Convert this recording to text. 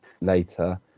later